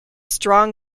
strong